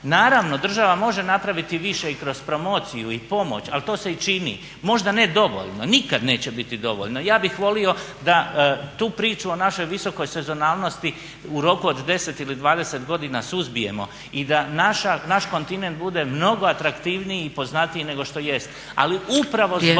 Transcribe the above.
Naravno, država može napraviti više i kroz promociju i pomoć, ali to se i čini možda ne dovoljno, nikada neće biti dovoljno. Ja bih volio da tu priču o našoj visokoj sezonalnosti u roku od 10 ili 20 godina suzbijemo i da naš kontinent bude mnogo atraktivniji i poznatiji nego što jest. Ali upravo zbog toga